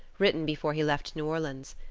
written before he left new orleans.